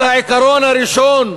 על העיקרון הראשון,